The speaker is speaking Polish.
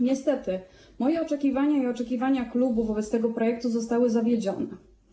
Niestety moje oczekiwania i oczekiwania klubu wobec tego projektu zostały zawiedzione.